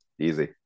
Easy